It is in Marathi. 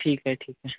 ठीक आहे ठीक आहे